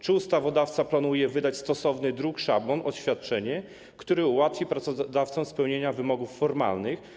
Czy ustawodawca planuje wydać stosowny druk, szablon, oświadczenie, które ułatwi pracodawcom spełnienie wymogów formalnych?